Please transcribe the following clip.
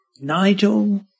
Nigel